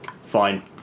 fine